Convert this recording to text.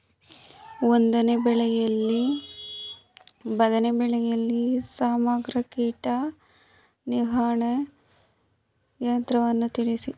ಬದನೆ ಬೆಳೆಯಲ್ಲಿ ಸಮಗ್ರ ಕೀಟ ನಿರ್ವಹಣಾ ತಂತ್ರವನ್ನು ತಿಳಿಸಿ?